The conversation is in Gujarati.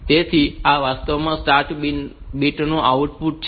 તેથી આ વાસ્તવમાં સ્ટાર્ટ બીટ નું આઉટપુટ છે